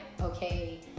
okay